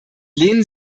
lehnen